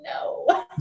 no